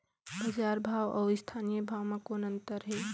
बजार भाव अउ स्थानीय भाव म कौन अन्तर हे?